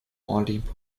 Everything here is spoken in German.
ordentlichen